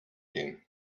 gehen